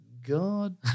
God